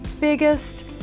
biggest